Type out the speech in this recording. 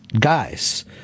guys